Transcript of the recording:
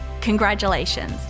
congratulations